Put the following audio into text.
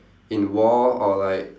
in war or like